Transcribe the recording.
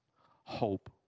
hope